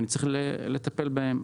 אני צריך לטפל בהן.